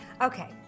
Okay